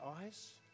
eyes